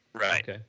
Right